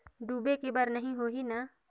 डूबे के बर नहीं होही न?